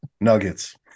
Nuggets